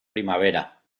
primavera